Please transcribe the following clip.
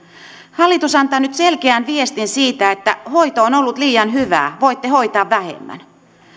hallitus antaa nyt selkeän viestin siitä että hoito on ollut liian hyvää voitte hoitaa vähemmän